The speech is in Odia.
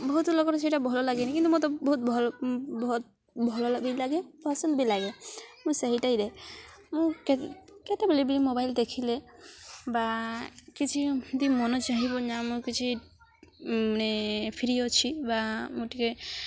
ବହୁତ ଲୋକର ସେଇଟା ଭଲ ଲାଗେନି କିନ୍ତୁ ମୋତେ ବହୁତ ଭଲ ବହୁତ ଭଲ ବି ଲାଗେ ପସନ୍ଦ ବି ଲାଗେ ମୁଁ ସେଇଟାଇରେ ମୁଁ କେତେବେଳେ ବି ମୋବାଇଲ୍ ଦେଖିଲେ ବା କିଛି ଏମିତି ମନ ଚାହିଁବ ନା ମୁଁ କିଛି ମାନେ ଫ୍ରି ଅଛି ବା ମୁଁ ଟିକେ